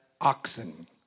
oxen